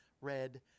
red